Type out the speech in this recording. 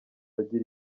agira